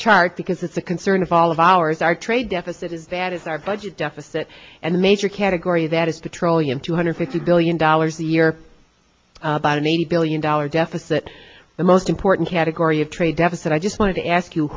chart because it's a concern of all of ours our trade deficit is bad is our budget deficit and a major category that is petroleum two hundred fifty billion dollars a year about an eighty billion dollars deficit the most important category of trade deficit i just wanted to ask you